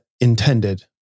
intended